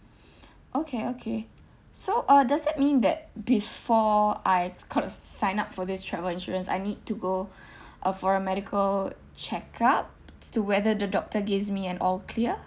okay okay so uh does that mean that before I sign up for this travel insurance I need to go uh for a medical check up to whether the doctor gives me an all clear